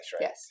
Yes